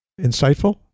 insightful